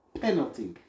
penalty